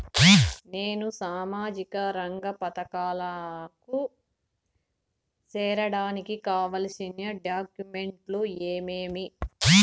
నేను సామాజిక రంగ పథకాలకు సేరడానికి కావాల్సిన డాక్యుమెంట్లు ఏమేమీ?